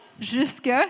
Jusque